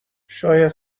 شاید